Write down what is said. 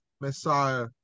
Messiah